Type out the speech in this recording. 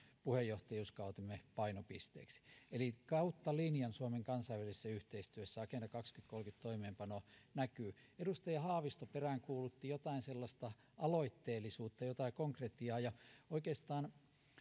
puheenjohtajuuskautemme painopisteiksi eli kautta linjan suomen kansainvälisessä yhteistyössä agenda kaksituhattakolmekymmentä toimeenpano näkyy edustaja haavisto peräänkuulutti jotain aloitteellisuutta jotain konkretiaa oikeastaan